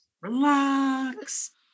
relax